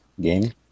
game